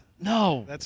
No